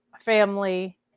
family